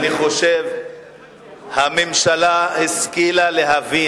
אני חושב שהממשלה השכילה להבין,